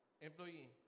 employee